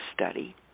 study